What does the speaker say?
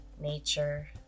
nature